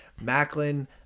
Macklin